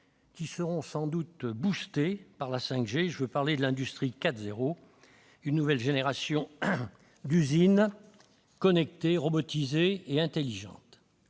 qui seront sans doute dopées par la 5G : je veux parler de l'industrie 4.0, une nouvelle génération d'usines connectées, robotisées et intelligentes.